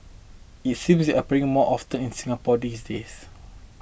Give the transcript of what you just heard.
it seems appearing more often in Singapore these days